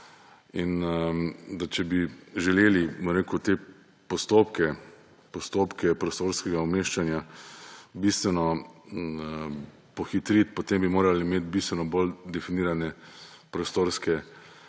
In če bi želeli te postopke prostorskega umeščanja bistveno pohitriti, potem bi morali imeti bistveno bolj definirane prostorske